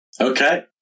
Okay